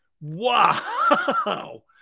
Wow